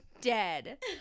dead